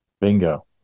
bingo